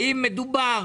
האם מדובר